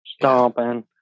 stomping